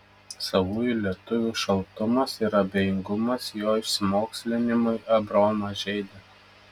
savųjų lietuvių šaltumas ir abejingumas jo išsimokslinimui abraomą žeidė